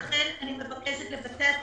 לכן אני מבקשת לבצע תיקון,